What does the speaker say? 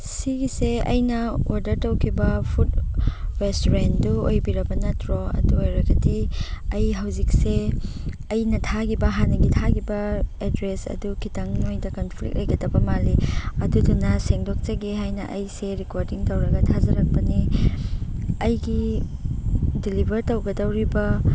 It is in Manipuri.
ꯁꯤꯒꯤꯁꯦ ꯑꯩꯅ ꯑꯣꯔꯗꯔ ꯇꯧꯈꯤꯕ ꯐꯨꯠ ꯔꯦꯁꯇꯨꯔꯦꯟꯗꯨ ꯑꯣꯏꯕꯤꯔꯕ ꯅꯠꯇ꯭ꯔꯣ ꯑꯗꯨ ꯑꯣꯏꯔꯒꯗꯤ ꯑꯩ ꯍꯧꯖꯤꯛꯁꯦ ꯑꯩꯅ ꯊꯥꯈꯤꯕ ꯍꯥꯟꯅꯒꯤ ꯊꯥꯈꯤꯕ ꯑꯦꯗ꯭ꯔꯦꯁ ꯑꯗꯨ ꯈꯤꯇꯪ ꯅꯣꯏꯗ ꯀꯟꯐ꯭ꯂꯤꯛ ꯑꯣꯏꯒꯗꯕ ꯃꯥꯜꯂꯤ ꯑꯗꯨꯗꯨꯅ ꯁꯦꯡꯗꯣꯛꯆꯒꯦ ꯍꯥꯏꯅ ꯑꯩꯁꯦ ꯔꯦꯀꯣꯔꯗꯤꯡ ꯇꯧꯔꯒ ꯊꯥꯖꯔꯛꯄꯅꯦ ꯑꯩꯒꯤ ꯗꯤꯂꯤꯕꯔ ꯇꯧꯒꯗꯧꯔꯤꯕ